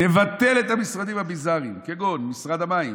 נבטל את המשרדים הביזריים כגון משרד המים,